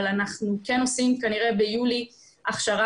אבל אנחנו כן עושים כנראה ביולי הכשרה